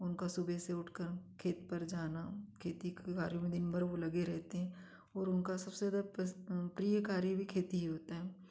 उनका सुबह से उठकर खेत पर जाना खेती के कार्यों में दिन भर वह लगे रहते हैं और उनका सब से ज़्यादा पसं प्रिय कार्य भी खेती होता है